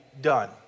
done